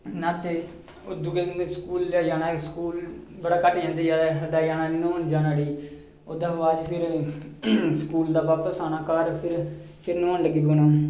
न्हाते होर दूए दिन बी स्कूल जाना ते स्कूल बड़ा घट्ट जंदे ज्यादा खड्ढै जाना न्हौन जाना उठी ओह्दे बाद च फिर स्कूल दा बापस आना घर फिर फिर न्हौन लगी पौना